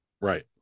right